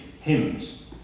hymns